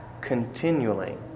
continually